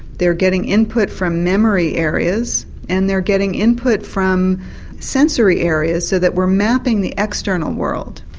they are getting input from memory areas and they are getting input from sensory areas so that we're mapping the external world.